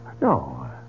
No